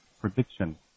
prediction